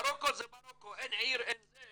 מרוקו זה מרוקו, אין עיר, אין זה.